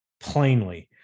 plainly